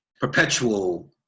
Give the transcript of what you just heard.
perpetual